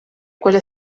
quelle